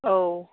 औ